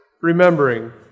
remembering